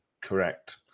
correct